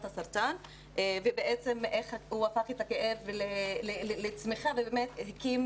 הסרטן ובעצם איך הוא הפך את הכאב לצמיחה ובאמת הקים